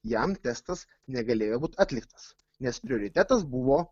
jam testas negalėjo būt atliktas nes prioritetas buvo